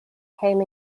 came